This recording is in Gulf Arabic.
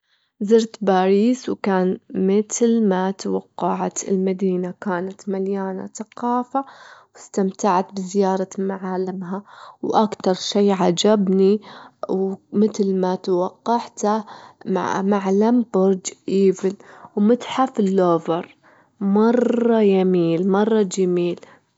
زرت باريس وكان متل ما توقعت، المدينة كانت مليانة ثقافة، واستمتعت بزيارة معالمها، وأكتر شي عجبني ومتل ما توقعته؛ معلم برج إيفل ومتحف اللوفر، مرة يميل، مرة جميل.